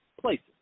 places